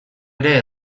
ere